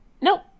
Nope